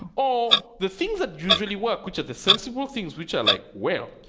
ah or the things that usually work, which are the sensible things, which are like, well,